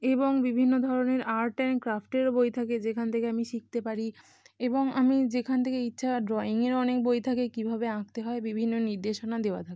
এবং বিভিন্ন ধরনের আর্ট অ্যান্ড ক্রাফ্টটেরও বই থাকে যেখান থেকে আমি শিখতে পারি এবং আমি যেখান থেকে ইচ্ছা ড্রইংয়েরও অনেক বই থাকে কীভাবে আঁকতে হয় বিভিন্ন নির্দেশনা দেওয়া থাকে